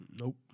Nope